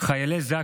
חיילי זק"א,